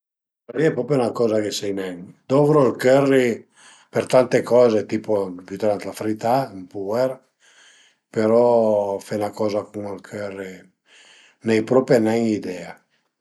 Cula li al e propi 'na coza che sai nen, dovru ël curry për tante coze, tipu bütelu ën la frità ën puer, però fe 'na coza cun ël curry n'ai propi nen idea